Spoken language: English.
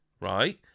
right